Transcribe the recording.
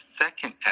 second